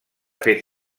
fet